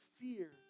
fear